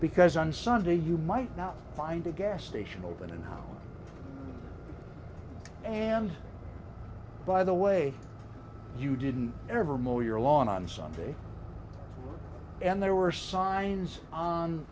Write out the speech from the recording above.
because on sunday you might not find a gas station open and and by the way you didn't ever mow your lawn on sunday and there were signs on